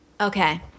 Okay